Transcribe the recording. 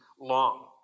long